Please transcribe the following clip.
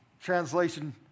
translation